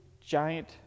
giant